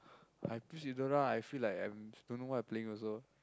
I use Eudora I feel like I don't know what I playing also